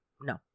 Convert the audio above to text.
no